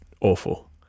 awful